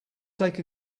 take